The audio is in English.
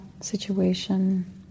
situation